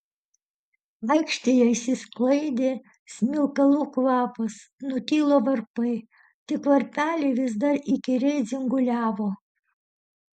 aikštėje išsisklaidė smilkalų kvapas nutilo varpai tik varpeliai vis dar įkyriai dzinguliavo